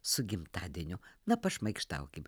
su gimtadieniu na pašmaikštaukim